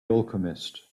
alchemist